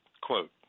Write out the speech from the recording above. Quote